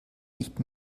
nicht